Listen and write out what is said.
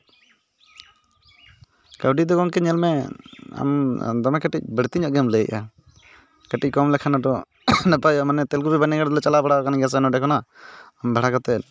ᱠᱟᱹᱣᱰᱤ ᱫᱚ ᱜᱚᱝᱠᱮ ᱧᱮᱞ ᱢᱮ ᱟᱢ ᱫᱚᱢᱮ ᱠᱟᱹᱴᱤᱡ ᱵᱟᱹᱲᱛᱤ ᱧᱚᱜ ᱜᱮᱢ ᱞᱟᱹᱭᱮᱫᱼᱟ ᱠᱟᱹᱴᱤᱡ ᱠᱚᱢ ᱞᱮᱠᱷᱟᱱ ᱦᱚᱸᱛᱚ ᱱᱟᱯᱟᱭᱚᱜᱼᱟ ᱢᱟᱱᱮ ᱛᱮᱹᱞᱠᱩᱯᱤ ᱵᱟᱹᱨᱱᱤ ᱜᱷᱟᱴ ᱞᱮ ᱪᱟᱞᱟᱣ ᱵᱟᱲᱟᱣ ᱠᱟᱱ ᱜᱮᱭᱟ ᱥᱮ ᱱᱚᱸᱰᱮ ᱠᱷᱚᱱᱟᱜ ᱵᱷᱟᱲᱟ ᱠᱟᱛᱮ